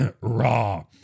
raw